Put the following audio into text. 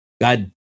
God